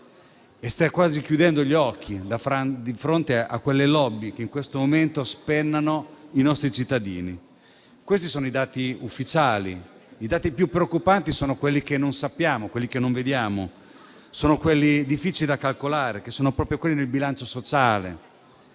E sta quasi chiudendo gli occhi di fronte a quelle *lobby* che in questo momento spennano i nostri cittadini. Questi sono i dati ufficiali. I dati più preoccupanti sono quelli che non sappiamo e che non vediamo, sono quelli difficili da calcolare, cioè sono proprio quelli del bilancio sociale.